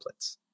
templates